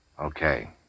Okay